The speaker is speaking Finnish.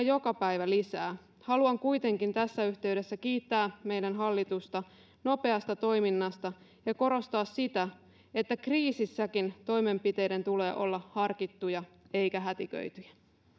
joka päivä lisää haluan kuitenkin tässä yhteydessä kiittää hallitusta nopeasta toiminnasta ja korostaa sitä että kriisissäkin toimenpiteiden tulee olla harkittuja eikä hätiköityjä